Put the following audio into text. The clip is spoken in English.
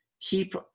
keep